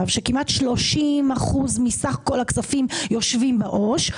שכמעט 30% מסך כל הכספים יושבים בעו"ש.